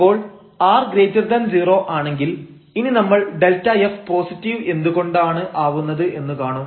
അപ്പോൾ r0 ആണെങ്കിൽ ഇനി നമ്മൾ Δf പോസിറ്റീവ് എന്തുകൊണ്ടാണ് ആവുന്നത് എന്ന് കാണും